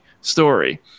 story